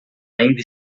ainda